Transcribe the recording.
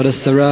כבוד השרה,